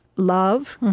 love,